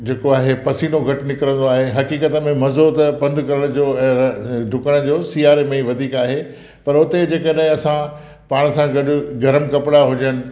जेको आहे पसीनो घटि निकिरंदो आहे हक़ीक़त में मज़ो त पंधु करण जो डुकण जो सियारे में ई वधीक आहे पर उते जेकॾहिं असां पाण सां गॾु गर्म कपिड़ा हुजनि